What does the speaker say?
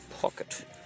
pocket